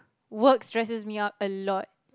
work stresses me out a lot